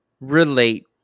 relate